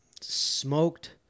smoked